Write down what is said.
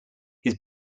his